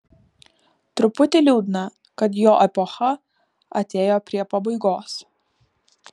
truputį liūdna kad jo epocha atėjo prie pabaigos